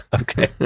Okay